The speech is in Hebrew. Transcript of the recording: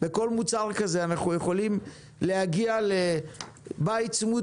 וכל מוצר כזה אנחנו יכולים להגיע לבית צמוד